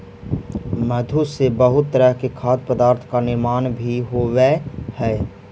मधु से बहुत तरह के खाद्य पदार्थ का निर्माण भी होवअ हई